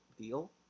deal